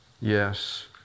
yes